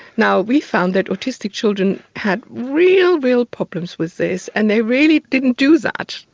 now, we found that autistic children had real, real problems with this and they really didn't do that,